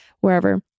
wherever